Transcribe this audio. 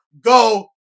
go